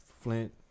Flint